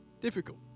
difficult